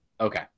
Okay